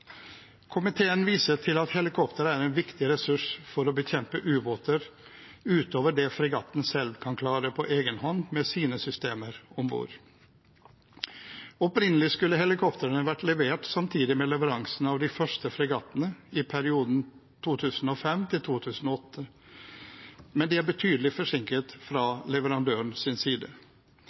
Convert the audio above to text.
Komiteen viser til at helikoptre er en viktig ressurs for å bekjempe ubåter utover det fregatten kan klare på egen hånd med sine systemer om bord. Opprinnelig skulle helikoptrene vært levert samtidig med leveransen av de første fregattene i perioden 2005–2008, men de er betydelig forsinket fra leverandørens side.